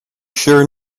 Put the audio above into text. sure